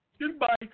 Goodbye